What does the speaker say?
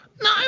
No